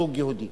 לזוג יהודי